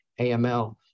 AML